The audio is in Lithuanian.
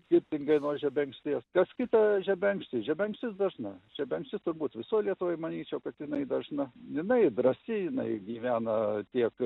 skirtingai nuo žebenkšties ties kita žebenkštis žebenkštis dažna žebenkštis turbūt visoj lietuvoj manyčiau kad jinai dažna jinai drąsi jinai gyvena tiek